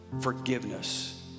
forgiveness